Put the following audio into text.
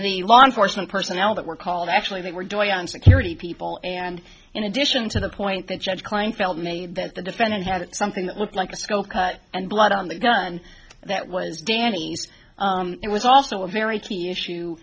the law enforcement personnel that were called actually they were doing on security people and in addition to the point that judge kleinfeld made that the defendant had something that looked like a skull cut and blood on the gun that was danny's it was also a very key issue